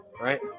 right